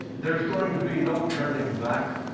there is going to be no turning back.